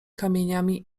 kamieniami